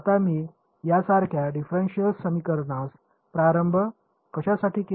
आता मी यासारख्या डिफरेन्सियल समीकरणास प्रारंभ कशासाठी केला